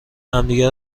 همدیگه